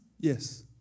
yes